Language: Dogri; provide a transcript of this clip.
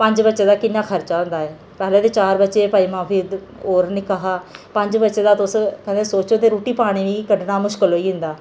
पंज बच्चे दा किन्ना खर्चा होंदा ऐ पैहलें ते चार बच्चे हे पं'जमा फिर होर निक्का हा पंज बच्चे दा तुस कदें सोचो ते रोटी पानी कड्ढना मुश्कल होई जंदा